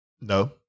No